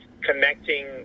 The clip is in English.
connecting